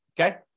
Okay